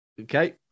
Okay